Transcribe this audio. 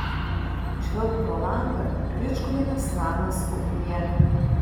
žvilgt pro langą ričkuvienės namas ugnyje